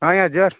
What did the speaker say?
ହଁ ଆଜ୍ଞା ଜୁହାର୍